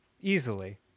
Easily